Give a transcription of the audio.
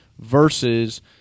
versus